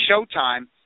Showtime